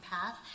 path